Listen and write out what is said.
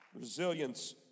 Resilience